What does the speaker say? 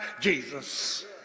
Jesus